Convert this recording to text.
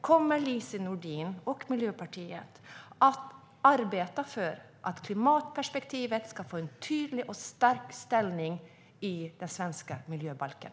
Kommer Lise Nordin och Miljöpartiet att arbeta för att klimatperspektivet ska få en tydlig och stark ställning i den svenska miljöbalken?